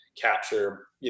capture